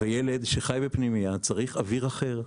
ילד שחי בפנימייה צריך אוויר אחר,